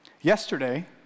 Yesterday